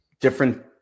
different